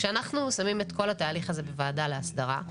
כשאנחנו שמים את כל התהליך הזה בוועדה להסדרה,